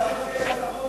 הצבעתי בכלל.